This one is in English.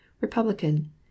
Republican